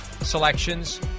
selections